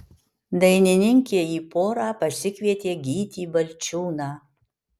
dainininkė į porą pasikvietė gytį balčiūną